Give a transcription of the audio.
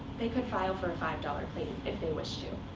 they could file for a five dollars claim, if they wish to.